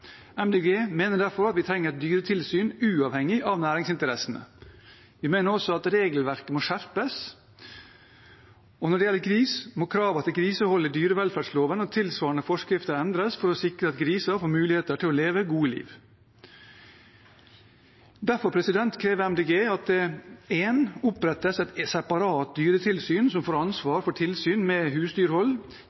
mener derfor at vi trenger et dyretilsyn uavhengig av næringsinteressene. Vi mener også at regelverket må skjerpes, og når det gjelder gris, må kravene til grisehold i dyrevelferdsloven og tilsvarende forskrifter endres for å sikre at griser får mulighet til å leve et godt liv. Derfor krever Miljøpartiet De Grønne for det første at det opprettes et separat dyretilsyn som får ansvar for tilsyn med husdyrhold.